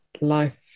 life